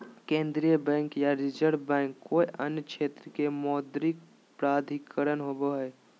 केन्द्रीय बैंक या reserve bank कोय अन्य क्षेत्र के मौद्रिक प्राधिकरण होवो हइ